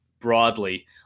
broadly